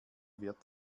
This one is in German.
wird